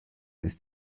ist